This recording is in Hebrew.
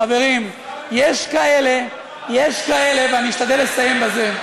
חברים, יש כאלה, ואני אשתדל לסיים בזה,